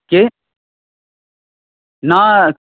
কে না